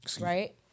Right